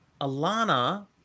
Alana